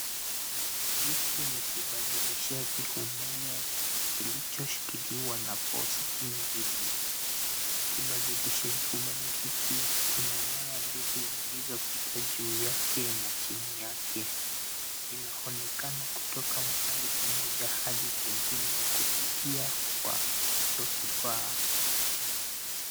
Hiki ni kibadilishio cha umeme kilichoshikiliwa na posti mbili. Kibadilishaji umeme hiki kina nyaya mbili zilizopita juu yake na chini yake. Zinaonekana kutoka mahali pamoja hadi pengine kupitia kwa hicho kifaa.